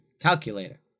calculator